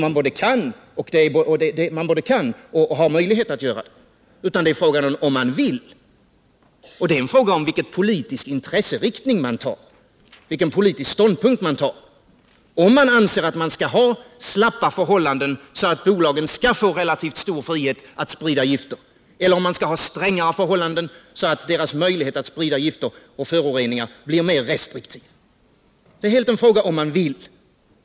Man både kan och har möjlighet att göra det. Det är en fråga om huruvida man vill. Det är en fråga om vilken politisk intresseinriktning man har och vilken politisk ståndpunkt man tar. Det avgörande är om man skall ha slappa förhållanden, så att bolagen får relativt stor frihet att sprida gifter, eller om man skall ha strängare förhållanden, så att deras möjligheter att sprida gifter och föroreningar blir restriktiva. Det är helt och hållet en fråga om huruvida man vill.